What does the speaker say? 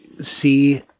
see